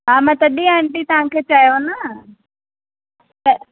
हा मां तॾहिं आंटी तव्हांखे चयो ना